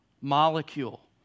molecule